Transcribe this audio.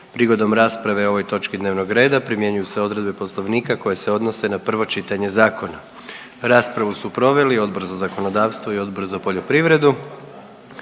Prigodom rasprave o ovoj točki dnevnog reda primjenjuju se odredbe Poslovnika koje se odnose na prvo čitanje zakona. Raspravu su proveli Odbor za zakonodavstvo i Odbor za poljoprivredu,